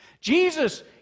Jesus